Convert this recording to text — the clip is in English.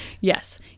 Yes